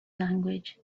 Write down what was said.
language